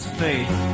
faith